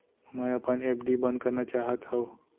मै अपन एफ.डी बंद करना चाहात हव